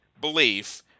belief